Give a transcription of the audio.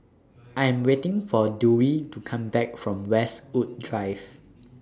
I Am waiting For Dewey to Come Back from Westwood Drive